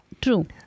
true